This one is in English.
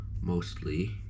mostly